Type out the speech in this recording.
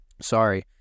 Sorry